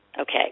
Okay